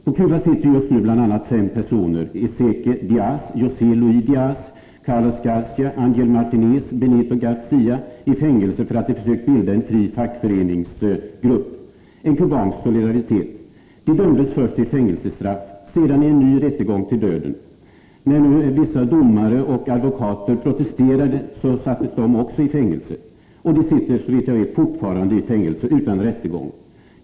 På Cuba sitter just nu bl.a. fem personer, Ezequiel Diaz, José Luis Diaz, Carlos Garcia, Angel Martinez och Benito Garcia, i fängelse för att de försökt bilda en fri fackföreningsgrupp, en kubansk motsvarighet till Solidaritet. De dömdes först till fängelsestraff, sedan i en ny rättegång till Nr 13 döden. När domaren och de fyra försvarsadvokaterna protesterade mot Ren 4 a Fredagen den dödsdomarna sattes också de i fängelse. De sitter, såvitt jag vet, fortfarande i 21 oktober 1983 fängelse utan rättegång.